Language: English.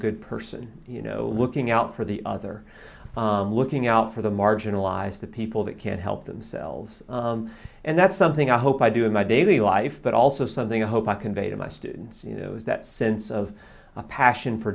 good person you know looking out for the other looking out for the marginalised the people that can't help themselves and that's something i hope i do in my daily life but also something i hope i convey to my students you know is that sense of a passion for